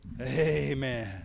Amen